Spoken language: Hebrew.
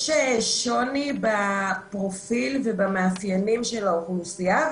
יש שוני בפרופיל ובמאפיינים של האוכלוסייה,